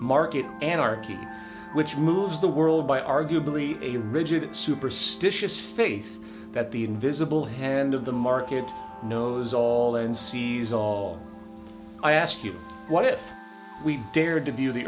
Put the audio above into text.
market anarky which moves the world by arguably a rigid superstitious faith that the invisible hand of the market knows all and sees all i ask you what if we dared to